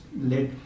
let